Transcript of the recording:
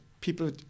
people